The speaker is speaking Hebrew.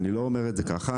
אני לא אומר את זה כך.